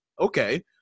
okay